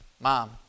Mom